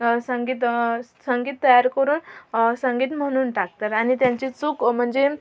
संगीत संगीत तयार करून संगीत म्हणून टाकतात आणि त्यांची चूक म्हणजे